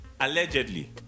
Allegedly